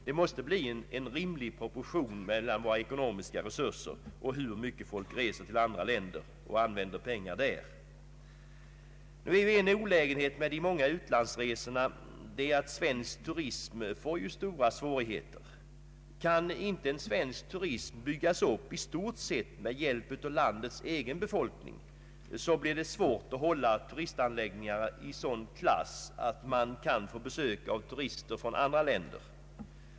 Det måste bli en rimlig proportion mellan våra ekonomiska resurser och hur mycket vi reser till andra länder och använder pengar där. En olägenhet med de många utlandsresorna är också att svensk turism får stora svårigheter. Kan inte en svensk turism byggas upp i stort sett med hjälp av landets egen befolkning, så blir det svårt att hålla turistanläggningarna i sådan klass att vårt land kan få besök av turister från andra länder.